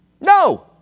no